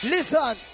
Listen